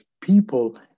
people